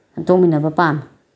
ꯁꯦꯝꯗꯣꯛꯃꯤꯟꯅꯕ ꯄꯥꯝꯃꯤ